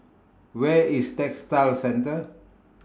Where IS Textile Centre